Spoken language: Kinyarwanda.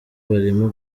barimo